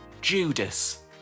Judas